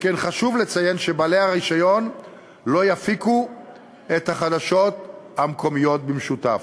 שכן חשוב לציין שבעלי הרישיון לא יפיקו את החדשות המקומיות במשותף.